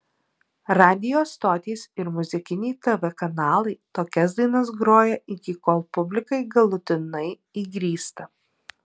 radijo stotys ir muzikiniai tv kanalai tokias dainas groja iki kol publikai galutinai įgrysta